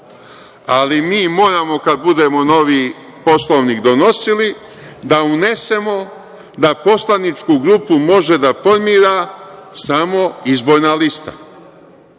ali mi moramo kada budemo novi Poslovnik donosili da unesemo da poslaničku grupu može da formira samo izborna lista.